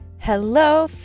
Hello